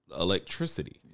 electricity